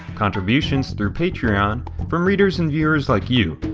contributions through patreon, from readers and viewers like you,